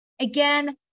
Again